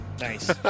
Nice